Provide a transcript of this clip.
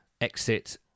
exit